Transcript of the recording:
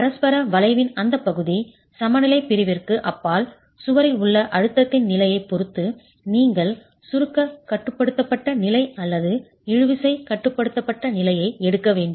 மற்றும் பரஸ்பர வளைவின் அந்த பகுதி சமநிலைப் பிரிவிற்கு அப்பால் சுவரில் உள்ள அழுத்தத்தின் நிலையைப் பொறுத்து நீங்கள் சுருக்க கட்டுப்படுத்தப்பட்ட நிலை அல்லது இழுவிசை கட்டுப்படுத்தப்பட்ட நிலையை எடுக்க வேண்டும்